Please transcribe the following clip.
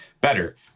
better